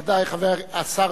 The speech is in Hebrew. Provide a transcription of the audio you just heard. ויכוח אידיאולוגי.